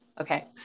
Okay